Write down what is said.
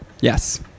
Yes